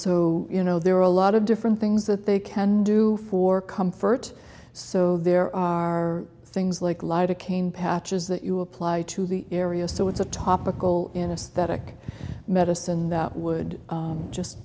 so you know there are a lot of different things that they can do for comfort so there are things like light a cane patches that you apply to the area so it's a topical in us that ik medicine that would just